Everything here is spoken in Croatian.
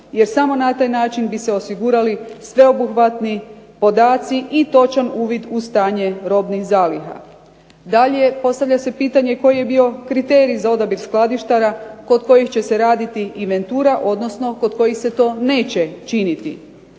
jer samo na taj način bi se osigurali sveobuhvatni podaci i točan uvid u stanje robnih zaliha. Dalje postavlja se pitanje koji je bio kriterij za odabir skladištara kod kojih će se raditi inventura, odnosno kod kojih se to neće činiti.